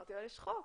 ואמרתי שיש חוק.